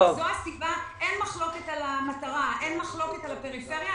אין מחלוקת על המטרה או על הפריפריה.